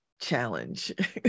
challenge